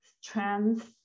strengths